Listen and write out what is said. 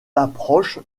d’approche